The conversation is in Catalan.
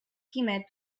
quimet